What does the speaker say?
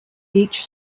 each